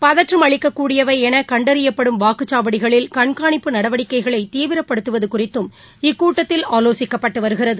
பதற்றம் அளிக்கக்கூடபவைஎனகண்டறியப்படும் வாக்குச்சாவடிகளில் கண்காணிப்பு நடவடிக்கைகளைதீவிரப்படுத்துவதுகுறித்தும் இக்கூட்டத்தில் ஆலோசிக்கப்பட்டுவருகிறது